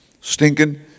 stinking